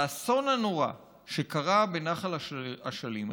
והאסון הנורא שקרה בנחל אשלים,